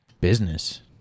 Business